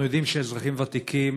אנחנו יודעים שאזרחים ותיקים